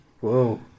Whoa